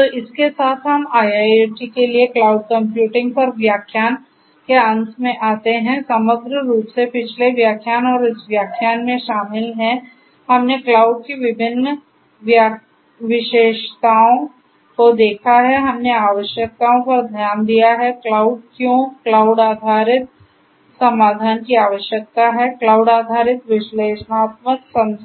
तो इसके साथ हम IIoT के लिए क्लाउड कंप्यूटिंग पर व्याख्यान के अंत में आते हैं समग्र रूप से पिछले व्याख्यान और इस व्याख्यान में शामिल हैं हमने क्लाउड की विभिन्न विशेषताओं को देखा है हमने आवश्यकताओं पर ध्यान दिया है क्लाउड क्यों क्लाउड आधारित समाधान की आवश्यकता है क्लाउड आधारित विश्लेषणात्मक